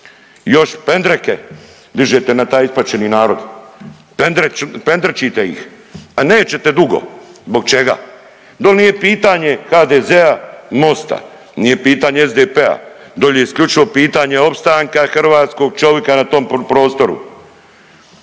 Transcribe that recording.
Još pendreke dižete na taj ispaćeni narod, pendrečite ih, a nećete dugo. Zbog čega? Doli nije pitanje HDZ-a, Mosta, nije pitanje SDP-a, doli je isključivo pitanje opstanka hrvatskog čovika na tom prostoru.